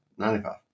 95